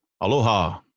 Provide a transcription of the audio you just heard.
Aloha